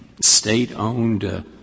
state-owned